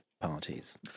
parties